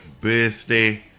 birthday